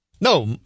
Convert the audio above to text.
No